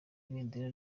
ibendera